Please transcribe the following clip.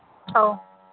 ꯑꯧ